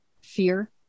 fear